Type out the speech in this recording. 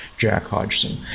jackhodgson